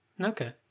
Okay